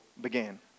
began